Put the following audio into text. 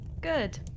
Good